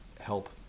help